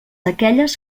aquelles